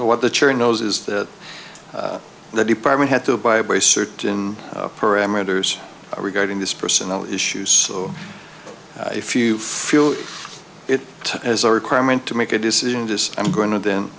what the church knows is that the department had to abide by certain parameters regarding this personal issues so if you feel it as a requirement to make a decision just i'm going to